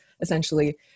essentially